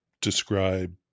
describe